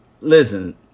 Listen